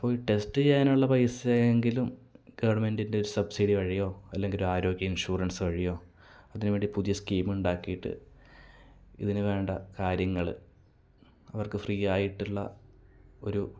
പോയി ടെസ്റ്റ് ചെയ്യാനുള്ള പൈസ എങ്കിലും ഗവൺമെന്റിൻ്റെ സബ്സിഡി വഴിയോ അല്ലങ്കിൽ ഒരു ആരോഗ്യ ഇൻഷുറൻസ് വഴിയോ അതിനു വേണ്ടി പുതിയ സ്കീമുണ്ടാക്കീട്ട് ഇതിനു വേണ്ട കാര്യങ്ങള് അവർക്ക് ഫ്രീ ആയിട്ടുള്ള ഒരു